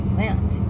land